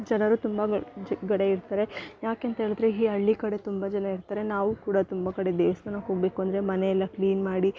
ಜನರು ತುಂಬಾ ಜ ಕಡೆ ಇರ್ತಾರೆ ಯಾಕೆ ಅಂತೇಳಿದ್ರೆ ಈ ಹಳ್ಳಿ ಕಡೆ ತುಂಬ ಜನ ಇರ್ತಾರೆ ನಾವು ಕೂಡ ತುಂಬ ಕಡೆ ದೇವ್ಸ್ಥಾನಕ್ಕೆ ಹೋಗಬೇಕು ಅಂದರೆ ಮನೆಯೆಲ್ಲ ಕ್ಲೀನ್ ಮಾಡಿ